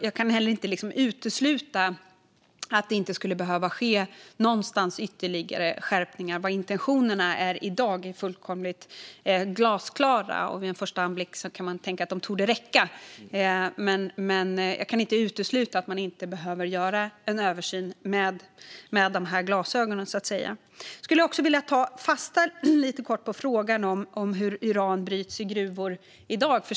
Jag kan heller inte utesluta att det kan behövas ytterligare skärpningar någonstans. Intentionerna i dag är fullkomligt glasklara. Vid en första anblick kan man tänka att det torde räcka, men jag kan inte utesluta att man behöver göra en översyn med dessa glasögon, så att säga. Jag skulle också kort vilja ta upp frågan om hur uran bryts i gruvor i dag.